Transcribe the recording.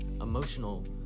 emotional